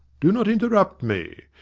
do not interrupt me.